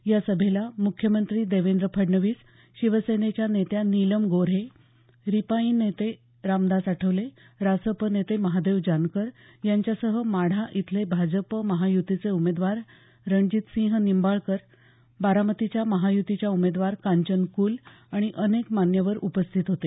या सभेला मुख्यमंत्री देवेंद्र फडणवीस शिवसेनेच्या नेत्या नीलम गोऱ्हे रिपाई नेते रामदास आठवले रासप नेते महादेव जानकर यांच्यासह माढा इथले भाजप महायुतीचे उमेदवार रणजितसिंह निंबाळकर बारामतीच्या महायुतीच्या उमेदवार कांचन कुल आणि अनेक मान्यवर उपस्थित होते